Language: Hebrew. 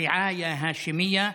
(אומר בערבית: חסות האשמית.)